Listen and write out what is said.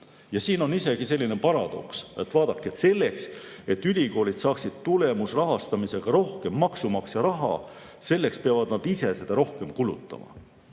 on. Siin on isegi selline paradoks, vaadake, et selleks, et ülikoolid saaksid tulemusrahastamisega rohkem maksumaksja raha, peavad nad ise seda rohkem kulutama.